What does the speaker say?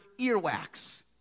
earwax